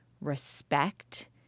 Respect